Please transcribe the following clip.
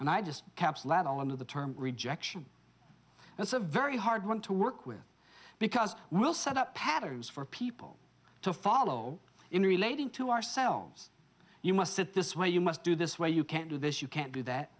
and i just caps let all of the term rejection and so very hard want to work with because we'll set up patterns for people to follow in relating to our selves you must sit this way you must do this where you can't do this you can't do that